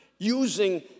using